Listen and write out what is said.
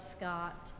Scott